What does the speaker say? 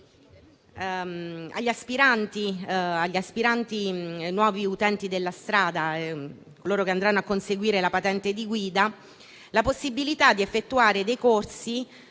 agli aspiranti nuovi utenti della strada, coloro che conseguiranno la patente di guida, la possibilità di effettuare dei corsi